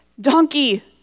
Donkey